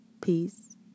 peace